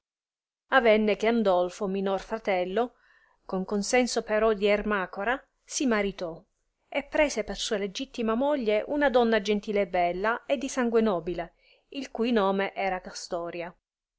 avenne che andolfo minor fratello con con senso però di ermacora si maritò e prese per sua legittima moglie una donna gentile e bella e di sangue nobile il cui nome era castoria